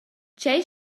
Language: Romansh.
tgei